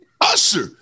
Usher